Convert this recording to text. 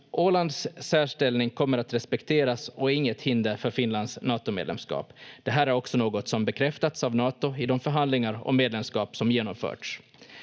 Ålands särställning kommer att respekteras och är inget hinder för Finlands Natomedlemskap. Det här är också något som bekräftats av Nato i de förhandlingar om medlemskap som genomförts.